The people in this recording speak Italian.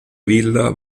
villa